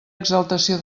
exaltació